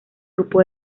grupo